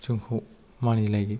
जोंखौ मानिलायो